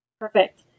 Perfect